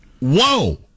Whoa